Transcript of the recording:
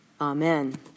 Amen